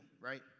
right